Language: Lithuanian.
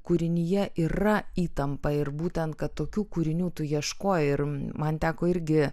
kūrinyje yra įtampa ir būtent kad tokių kūrinių tu ieškojai ir man teko irgi